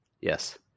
Yes